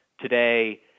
Today